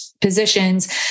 positions